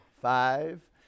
five